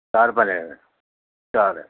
چار بنے ہوئے ہیں چار ہیں